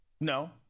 No